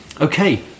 Okay